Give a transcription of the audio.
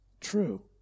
true